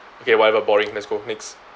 okay whatever boring let's go next